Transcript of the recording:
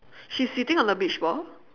she's sitting on the beach ball